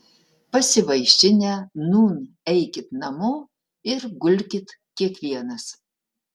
pasivaišinę nūn eikit namo ir gulkit kiekvienas